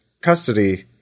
custody